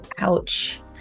Ouch